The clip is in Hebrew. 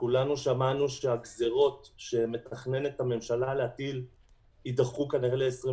כולנו שמענו שהגזרות שמתכננת הממשלה להטיל יידחו כנראה ל-2021.